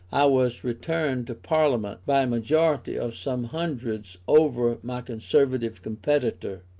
i was returned to parliament by a majority of some hundreds over my conservative competitor.